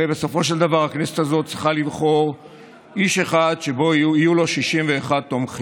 הרי בסופו של דבר הכנסת הזאת צריכה לבחור איש אחד שיהיו לו 61 תומכים.